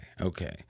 okay